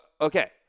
Okay